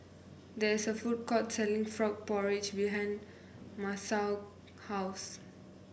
there is a food court selling Frog Porridge behind Masao house